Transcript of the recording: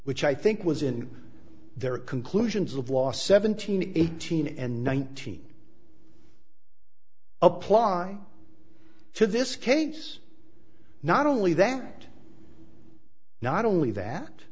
which i think was in their conclusions of law seventeen eighteen and nineteen apply to this case not only that not only that